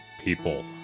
people